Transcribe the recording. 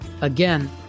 Again